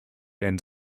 ends